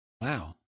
Wow